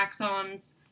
taxons